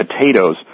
Potatoes